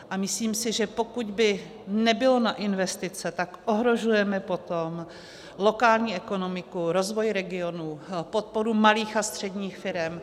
A myslím si, že pokud by nebylo na investice, tak ohrožujeme potom lokální ekonomiku, rozvoj regionů, podporu malých a středních firem.